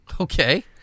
Okay